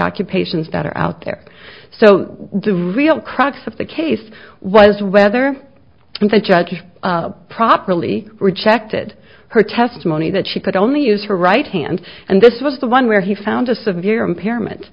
occupations that are out there so the real crux of the case was whether the judges properly rejected her testimony that she could only use her right hand and this was the one where he found a severe impairment